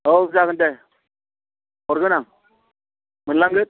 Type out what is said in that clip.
औ जागोन दे हरगोन आं मोनलांगोन